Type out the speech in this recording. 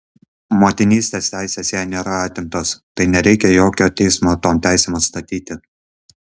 motinystės teisės jai nėra atimtos tai nereikia ir jokio teismo tom teisėm atstatyti